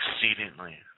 Exceedingly